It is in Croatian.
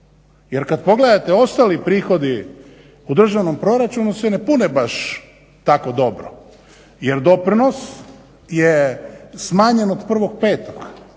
Jer kad pogledate ostali prihodi u državnom proračunu se ne pune baš tako dobro, jer doprinos je smanjen od 1.5., a